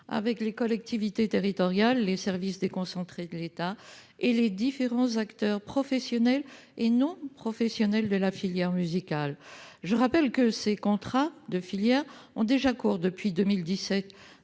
avec les collectivités territoriales, les services déconcentrés de l'État et les différents acteurs professionnels et non professionnels de la filière musicale. Je le rappelle, ces contrats de filière ont déjà cours depuis 2017